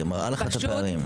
היא מראה את הפערים.